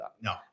no